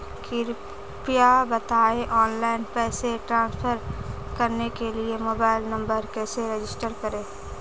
कृपया बताएं ऑनलाइन पैसे ट्रांसफर करने के लिए मोबाइल नंबर कैसे रजिस्टर करें?